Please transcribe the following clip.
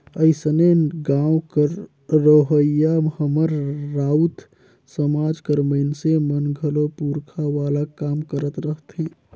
अइसने गाँव कर रहोइया हमर राउत समाज कर मइनसे मन घलो पूरखा वाला काम करत रहथें